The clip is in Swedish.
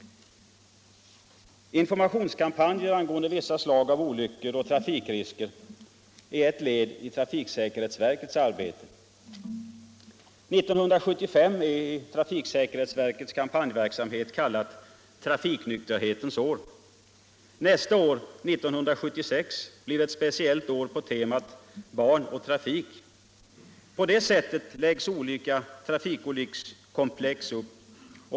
Informationskampanjer angående vissa slag av olyckor och trafikrisker är ett led i trafiksäkerhetsverkets arbete. 1975 är i trafiksäkerhetsverkets kampanjverksamhet kallat Trafiknykterhetens år. Nästa år, 1976, blir ett speciellt år på temat Barn och trafik. På det sättet läggs informationen upp om olika trafikolyckskomplex.